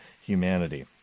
humanity